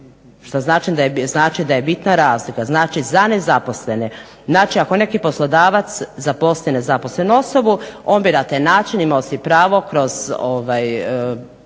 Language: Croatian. Što znači da je bitna razlika. Znači, za nezaposlene. Znači, ako je neki poslodavac zaposlio nezaposlenu osobu on bi na taj način imao si pravo kroz